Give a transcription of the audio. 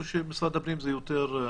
או שבמשרד הפנים זה יותר?